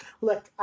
Look